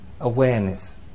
awareness